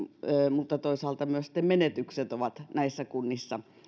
mutta toisaalta myös menetykset ovat näissä kunnissa